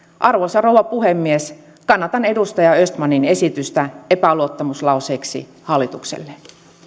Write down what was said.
arvoisa rouva puhemies kannatan edustaja östmanin esitystä epäluottamuslauseeksi hallitukselle